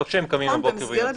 לא כשהם קמים בבוקר ויוצאים.